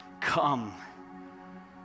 come